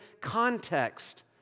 context